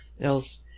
else